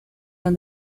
down